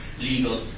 legal